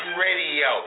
Radio